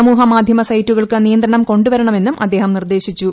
സമൂഹ മാധ്യമ സൈറ്റുകൾക്ക് നിയന്ത്രണം കൊണ്ടു വരണമെന്നും അദ്ദേഹം നിർദ്ദേശിച്ചു